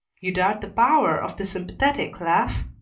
you doubt the power of the sympathetic laugh?